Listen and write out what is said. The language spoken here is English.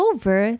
Over